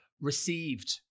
received